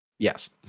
Yes